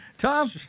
Tom